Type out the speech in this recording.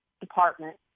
Department